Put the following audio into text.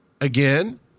again